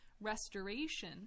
restoration